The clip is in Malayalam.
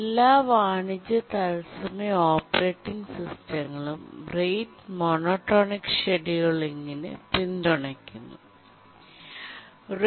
എല്ലാ വാണിജ്യ തത്സമയ ഓപ്പറേറ്റിംഗ് സിസ്റ്റങ്ങളും റേറ്റ് മോണോടോണിക് ഷെഡ്യൂളിംഗിനെ പിന്തുണയ്ക്കുന്നുrate monotonic scheduling